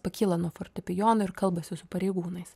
pakyla nuo fortepijono ir kalbasi su pareigūnais